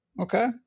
Okay